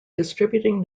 distributing